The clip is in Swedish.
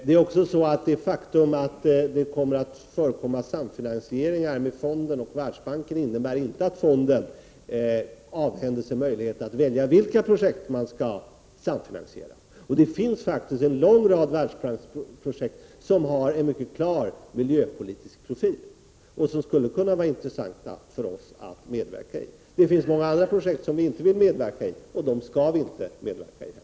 Det faktum att samfinansiering mellan fonden och Världsbanken kommer att ske, innebär inte att fonden avhänder sig möjligheten att välja vilka projekt som skall samfinansieras. Det finns faktiskt en lång rad Världsbanksprojekt som har en mycket klar miljöpolitisk profil och som skulle kunna vara intressanta för oss att medverka i. Det finns många andra projekt, som vi inte vill medverka i, och dem skall vi inte heller medverka i.